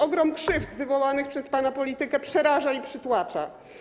Ogrom krzywd wywołanych przez pana politykę przeraża i przytłacza.